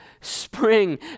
spring